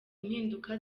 impinduka